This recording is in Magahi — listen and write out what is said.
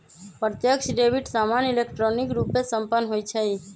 प्रत्यक्ष डेबिट सामान्य इलेक्ट्रॉनिक रूपे संपन्न होइ छइ